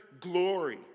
glory